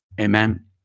amen